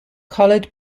collared